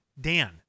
Dan